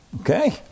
okay